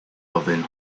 ofyn